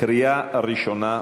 בקריאה ראשונה.